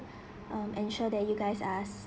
um ensure that you guys are